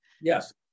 Yes